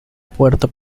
puerto